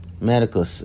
Medical